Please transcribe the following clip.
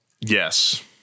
yes